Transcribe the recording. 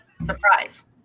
Surprise